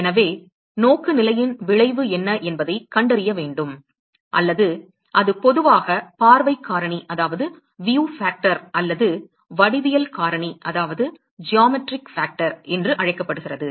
எனவே நோக்குநிலையின் விளைவு என்ன என்பதைக் கண்டறிய வேண்டும் அல்லது அது பொதுவாக பார்வைக் காரணி அல்லது வடிவியல் காரணி என்று அழைக்கப்படுகிறது